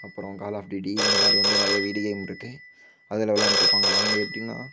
அப்புறம் call of duty இந்த மாதிரி வந்து நிறைய வீடியோ கேம் இருக்குது அதில் விளாயாண்ட்ருப்பாங்க அவங்க எப்படின்னா